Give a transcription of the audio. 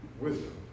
wisdom